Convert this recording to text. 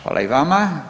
Hvala i vama.